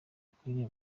bakwiriye